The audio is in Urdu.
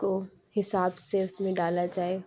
کو حساب سے اس میں ڈالا جائے